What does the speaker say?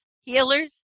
healers